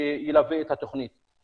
שילווה את התוכנית.